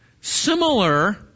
similar